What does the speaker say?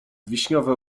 wiśniowe